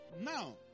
Now